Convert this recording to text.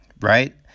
right